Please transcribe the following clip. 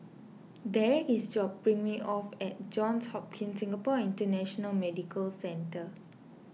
Derrek is dropping me off at Johns Hopkins Singapore International Medical Centre